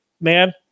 man